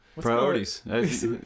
priorities